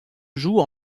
joue